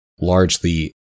largely